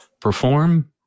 perform